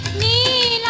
me